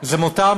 זה מותם,